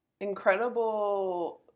incredible